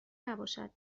نباشد